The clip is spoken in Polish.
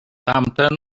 tamten